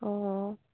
অঁ